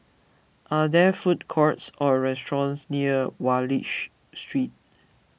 are there food courts or restaurants near Wallich Street